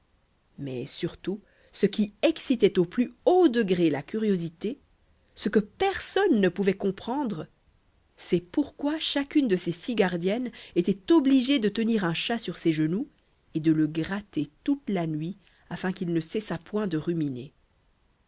mais surtout ce qui excitait au plus haut degré la curiosité ce que personne ne pouvait comprendre c'est pourquoi chacune de ces six gardiennes était obligée de tenir un chat sur ses genoux et de le gratter toute la nuit afin qu'il ne cessât point de ruminer